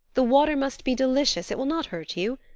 the water must be delicious it will not hurt you.